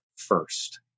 first